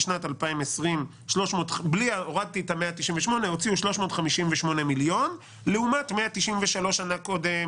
בשנת 2020 הוציאו 358 מיליון לעומת 193 שנה קודם,